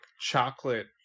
chocolate